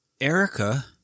erica